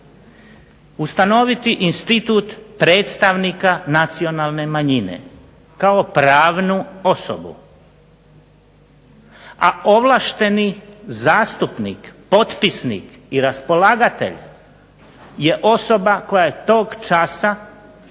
ustanoviti institut predstavnika nacionalne manjine kao pravnu osobu. A ovlašteni zastupnik potpisnik i raspolagatelj je osoba koja je tog časa na